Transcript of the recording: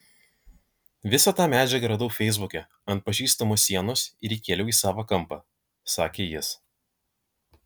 visą tą medžiagą radau feisbuke ant pažįstamo sienos ir įkėliau į savą kampą sakė jis